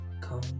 come